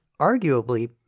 arguably